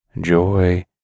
joy